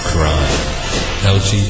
Crime